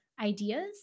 ideas